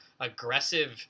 aggressive